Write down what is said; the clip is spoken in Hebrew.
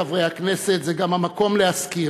חברי חברי הכנסת, זה גם המקום להזכיר